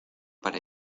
para